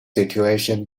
situation